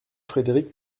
frédéric